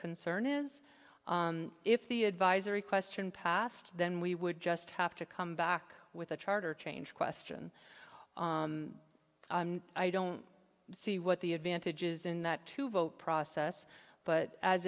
concern is if the advisory question passed then we would just have to come back with a charter change question i don't see what the advantages in that to vote process but as